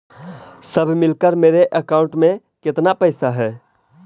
सब मिलकर मेरे अकाउंट में केतना पैसा है?